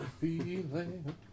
feeling